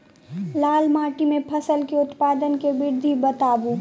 लाल माटि मे फसल केँ उत्पादन केँ विधि बताऊ?